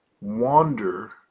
wander